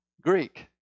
Greek